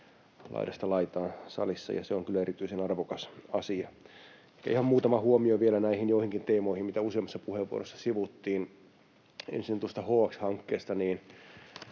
laidasta laitaan salissa, ja se on kyllä erityisen arvokas asia. Ihan muutama huomio vielä näihin joihinkin teemoihin, joita useammassa puheenvuorossa sivuttiin. Ensin tuosta HX-hankkeesta. Sitä